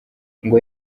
ngo